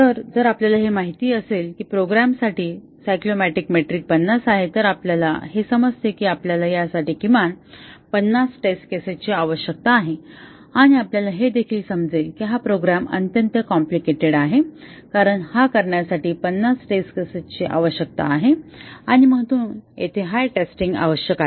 तर जर आपल्याला हे माहित असेल की प्रोग्रामसाठी सायक्लोमॅटिक मेट्रिक 50 आहे तर आपल्याला हे समजते की आपल्याला यासाठी किमान 50 टेस्ट केसेसची आवश्यकता आहे आणि आपल्याला हे देखील समजेल की हा प्रोग्राम अत्यंत कॉम्प्लिकेटेड आहे कारण हा करण्यासाठी 50 टेस्ट केसेस ची आवश्यकता आहे आणि म्हणून येथे हाय टेस्टिंग आवश्यक आहेत